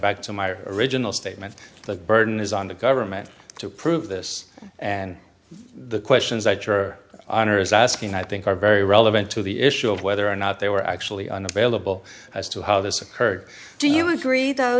back to my original statement the burden is on the government to prove this and the questions i juror honors asking i think are very relevant to the issue of whether or not they were actually unavailable as to how this occurred do you agree though